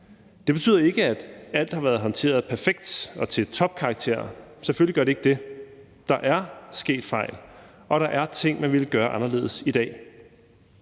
Det betyder ikke, at alt har været håndteret perfekt og til topkarakterer. Selvfølgelig gør det ikke det, der er sket fejl, og der er ting, man ville gøre anderledes i dag.